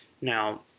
Now